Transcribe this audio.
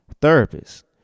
therapist